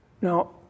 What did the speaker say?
Now